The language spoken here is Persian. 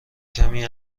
کمی